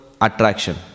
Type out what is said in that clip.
attraction